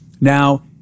now